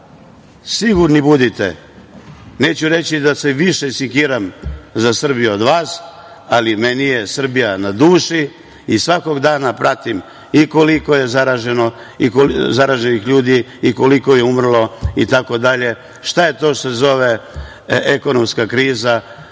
sigurni budite, neću reći da se više sekiram za Srbiju od vas, ali meni je Srbija na duši i svakog dana pratim i koliko je zaraženih ljudi i koliko je umrlo itd, šta je to što se zove ekonomska kriza,